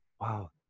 wow